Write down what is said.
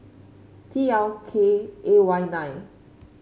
T L K A Y nine